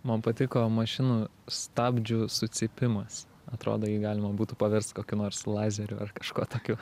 man patiko mašinų stabdžių sucypimas atrodo jį galima būtų paverst kokiu nors lazeriu ar kažkuo tokiu